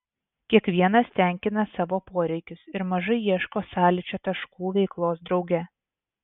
kiekvienas tenkina savo poreikius ir mažai ieško sąlyčio taškų veiklos drauge